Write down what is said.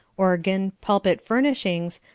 organ, pulpit furnishings,